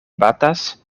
batas